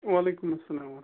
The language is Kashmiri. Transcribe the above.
وعلیکُم اسلام وَحمتہ اللہ